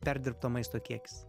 perdirbto maisto kiekis